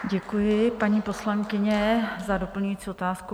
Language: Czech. Děkuji, paní poslankyně, za doplňující otázku.